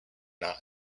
not